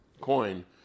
coin